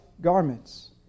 garments